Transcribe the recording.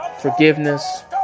forgiveness